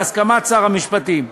בהסכמת שר המשפטים.